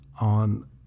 on